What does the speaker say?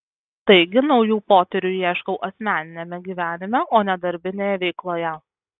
taigi naujų potyrių ieškau asmeniniame gyvenime o ne darbinėje veikloje